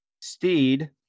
Steed